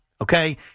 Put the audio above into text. okay